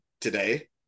today